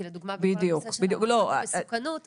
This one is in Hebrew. כי לדוגמה בכל הנושא של המסוכנות -- בדיוק,